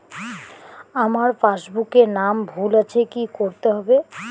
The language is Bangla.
আমার পাসবুকে নাম ভুল আছে কি করতে হবে?